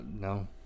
no